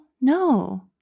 No